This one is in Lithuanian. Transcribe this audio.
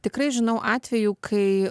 tikrai žinau atvejų kai